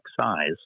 size